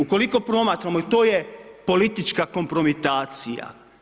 Ukoliko promatramo i to je politička kompromitacija.